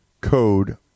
code